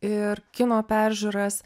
ir kino peržiūras